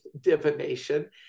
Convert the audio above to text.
divination